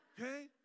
Okay